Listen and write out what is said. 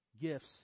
gifts